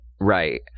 right